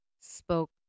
spoke